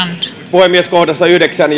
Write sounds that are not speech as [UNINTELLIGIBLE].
puhemies kohdassa yhdeksän [UNINTELLIGIBLE]